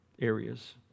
areas